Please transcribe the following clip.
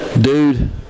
dude